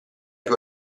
più